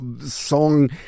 song